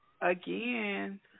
again